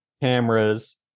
cameras